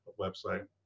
website